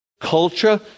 culture